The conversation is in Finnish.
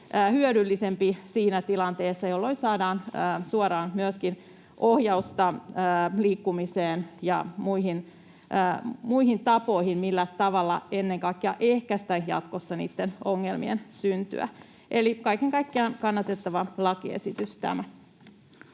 hyödyllisempi siinä tilanteessa, jolloin saadaan suoraan myöskin ohjausta liikkumiseen ja muihin tapoihin, millä tavalla ennen kaikkea ehkäistä jatkossa niitten ongelmien syntyä. Eli kaiken kaikkiaan kannatettava lakiesitys tämä.